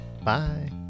Bye